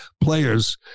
players